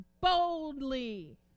boldly